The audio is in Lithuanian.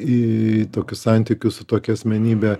į tokius santykius su tokia asmenybe